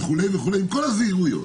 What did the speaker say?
עם כל הזהירויות.